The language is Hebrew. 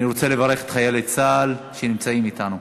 אני רוצה לברך את חיילי צה"ל שנמצאים אתנו.